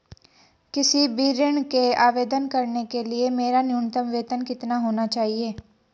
किसी भी ऋण के आवेदन करने के लिए मेरा न्यूनतम वेतन कितना होना चाहिए?